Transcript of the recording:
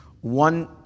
One